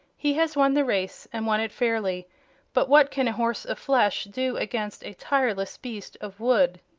he has won the race, and won it fairly but what can a horse of flesh do against a tireless beast of wood?